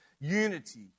unity